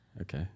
Okay